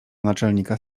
naczelnika